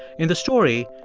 in the story,